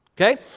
okay